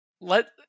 let